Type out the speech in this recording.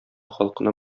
халкына